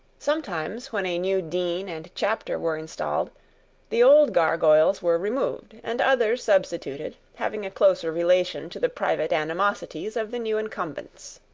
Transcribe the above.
sometimes when a new dean and chapter were installed the old gargoyles were removed and others substituted having a closer relation to the private animosities of the new incumbents.